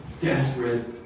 desperate